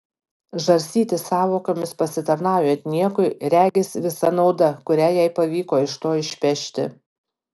žarstytis sąvokomis pasitarnaujant niekui regis visa nauda kurią jai pavyko iš to išpešti